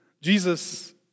Jesus